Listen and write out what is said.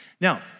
Now